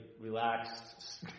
relaxed